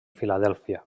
filadèlfia